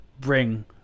bring